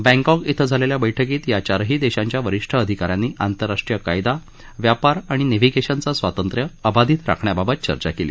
Bangkok इथं झालेल्या बैठकीत या चारही देशांच्या वरिष्ठ अधिकाऱ्यांनी आंतरराष्ट्रीय कायदा व्यापार आणि नेव्हिगेशनचं स्वातंत्र्य अबाधित राखण्याबाबत चर्चा केली